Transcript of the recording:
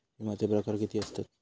विमाचे प्रकार किती असतत?